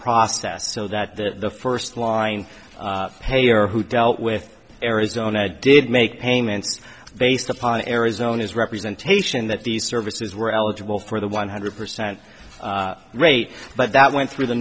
process so that the first line payer who dealt with arizona did make payments based upon arizona's representation that these services were eligible for the one hundred percent rate but that went through the